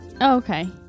Okay